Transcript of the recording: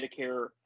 Medicare